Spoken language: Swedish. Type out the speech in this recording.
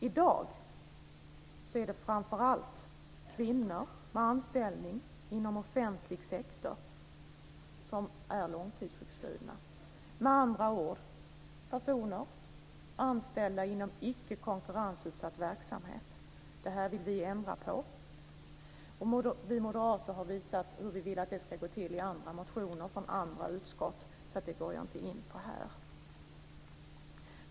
I dag är det framför allt kvinnor med anställning inom offentlig sektor som är långtidssjukskrivna, med andra ord personer anställda inom icke konkurrensutsatt verksamhet. Det här vill vi ändra på. Vi moderater har visat hur vi vill att det ska gå till i andra motioner i andra utskott, så det går jag inte in på här.